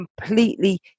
completely